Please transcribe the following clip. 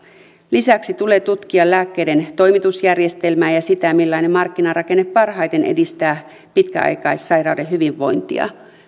lisäksi tulee tutkia lääkkeiden toimitusjärjestelmää ja ja sitä millainen markkinarakenne parhaiten edistää pitkäaikaissairaiden hyvinvointia